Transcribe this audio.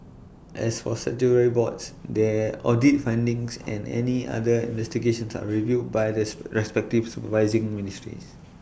as for statutory boards their audit findings and any other investigations are reviewed by this respective supervising ministries